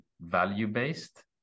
value-based